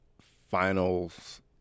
finals